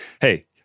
hey